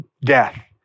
death